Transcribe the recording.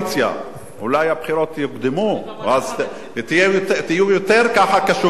אולי הבחירות יוקדמו אז תהיו יותר ככה קשובים לאזרחים,